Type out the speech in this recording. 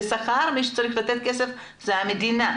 מי שצריך לתת לשכר כסף זו המדינה.